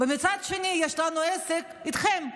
מצד שני יש לנו עסק איתכם,